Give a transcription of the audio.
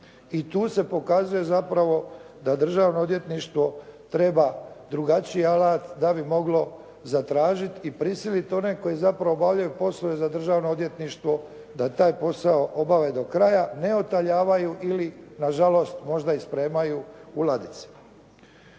I tu se pokazuje zapravo da državno odvjetništvo treba drugačiji alat da bi moglo zatražiti i prisiliti one koji zapravo obavljaju poslove za državo odvjetništvo, da taj posao obave do kraja, ne otaljavaju ili nažalost možda ih spremaju u ladice.